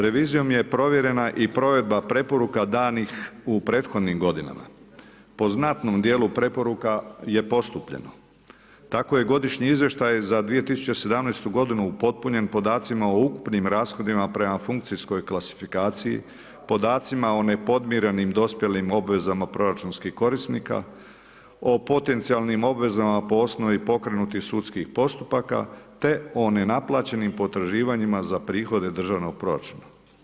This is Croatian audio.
Revizijom je provedena i provedba preporuka danih u prethodnih godina, po znatnom dijelu preporuka je postupljeno, tako je godišnji izvještaj za 2017. g. upotpunjen podacima o ukupnim rashodima prema funkcijskom klasifikaciji podacima o nepodmirenim dospjelim obvezama proračunskih korisnika, o potencijalnim obvezama po osnovni pokrenutih sudskih postupaka, te o nenaplaćenim potraživanjima za prihode državnog proračuna.